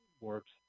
works